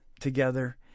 together